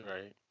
Right